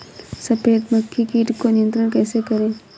सफेद मक्खी कीट को नियंत्रण कैसे करें?